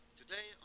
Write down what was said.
Today